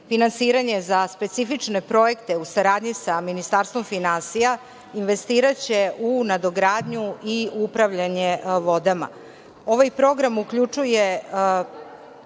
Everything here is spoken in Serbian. finansiranje za specifične projekte u saradnji sa Ministarstvom finansija investiraće u nadogradnju i upravljanje vodama. Ovaj program uključuje